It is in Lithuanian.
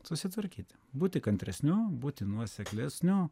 susitvarkyti būti kantresniu būti nuoseklesniu